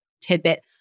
tidbit